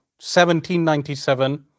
1797